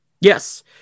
Yes